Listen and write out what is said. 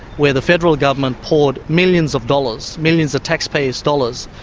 where the federal government poured millions of dollars, millions of taxpayers' dollars,